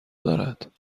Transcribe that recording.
دارد